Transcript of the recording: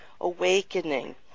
awakening